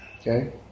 Okay